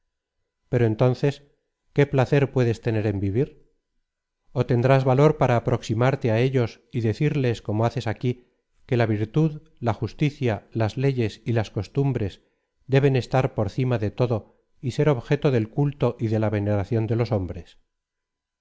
pero entonces qué placer puedes tener en vivir ó tendrás valor para aproximarte á ellos y decirles como haces aquí que la virtud la justicia las leyes y las costumbres deben estar por cima de todo y ser objeto del culto y de la veneración de los